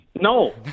No